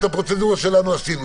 את הפרוצדורה שלנו עשינו.